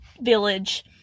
village